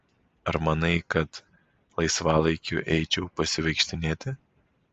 ar manai kad laisvalaikiu eičiau pasivaikštinėti